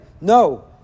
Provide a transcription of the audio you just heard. no